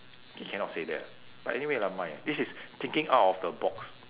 okay cannot say that but anyway never mind this is thinking out of the box